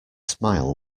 smile